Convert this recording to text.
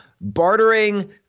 bartering